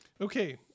okay